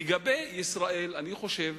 לגבי ישראל, אני חושב